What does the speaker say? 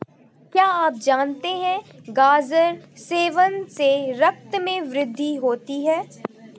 क्या आप जानते है गाजर सेवन से रक्त में वृद्धि होती है?